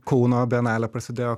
kauno bienalė prasidėjo